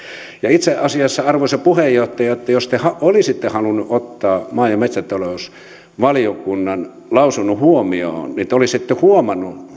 itse asiassa arvoisa puheenjohtaja jos te olisitte halunnut ottaa maa ja metsätalousvaliokunnan lausunnon huomioon niin te olisitte huomannut